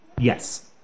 Yes